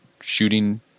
shooting